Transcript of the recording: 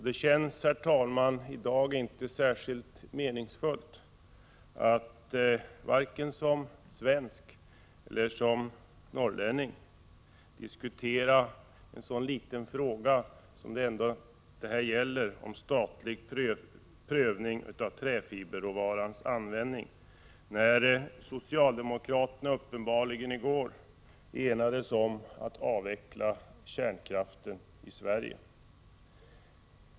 Det känns, herr talman, i dag inte särskilt meningsfullt, vare sig som svensk eller som norrlänning, att diskutera en så liten fråga som statlig prövning av träfiberråvarans användning ändå är, när socialdemokraterna i går uppenbarligen enades om att avveckla kärnkraften i Sverige.